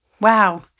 Wow